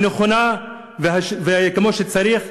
הנכונה וכמו שצריך,